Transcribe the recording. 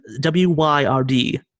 W-Y-R-D